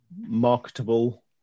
marketable